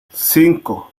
cinco